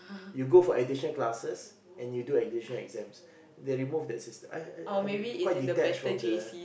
you go for additional classes and you do additional exams they remove the system I I I quite detached from the